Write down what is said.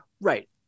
Right